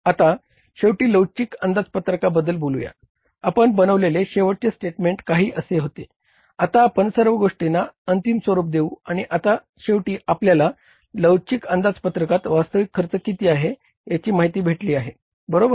आता शेवटी लवचिक अंदाजपत्रकाबद्दल बोलूया आपण बनवलेले शेवटचे स्टेटमेंट काही असे होते आता आपण सर्व गोष्टींना अंतिमस्वरूप देऊ आणि आता शेवटी आपल्याला लवचिक अंदाजपत्रकात वास्तविक खर्च किती आहे याची माहिती भेटली आहे बरोबर